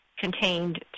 contained